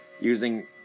using